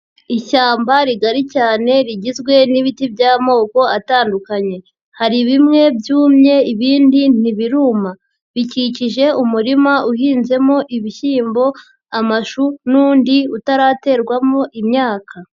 Ishyamba rigari cyane rigizwe n'ibiti by'amoko atandukanye, hari bimwe byumye ibindi ntibiruma, bikikije umurima uhinzemo ibishyimbo, amashu n'undi utaraterwamo imyaka.